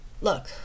look